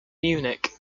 munich